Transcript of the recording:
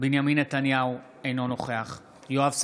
בנימין נתניהו, אינו נוכח יואב סגלוביץ'